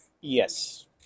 yes